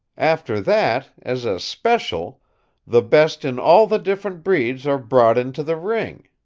after that as a special' the best in all the different breeds are brought into the ring.